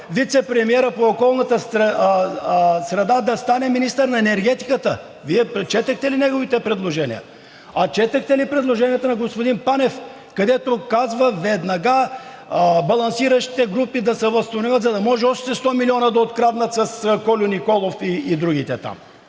вицепремиерът по околната среда да стане министър на енергетиката. Вие прочетохте ли неговите предложения? А четохте ли предложенията на господин Панев, където казва: веднага балансиращите групи да се възстановят. За да може още 100 милиона да откраднат с Кольо Николов и другите?